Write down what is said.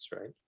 right